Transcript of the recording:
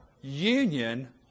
union